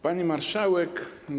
Pani Marszałek!